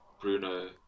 Bruno